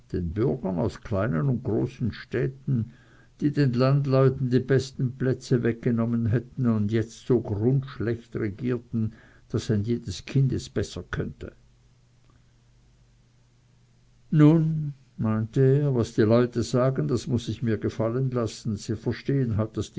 den bürgern aus kleinen und großen städten die den landleuten die besten plätze weggenommen hätten und jetzt so grundschlecht regierten daß ein jedes kind es besser könnte nun meinte er was die leute sagen das muß ich mir gefallen lassen sie verstehen